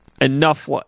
enough